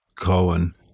Cohen